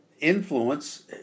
Influence